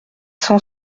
cent